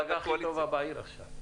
הם בהצגה הכי טובה בעיר, עכשיו.